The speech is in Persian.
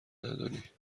ندانید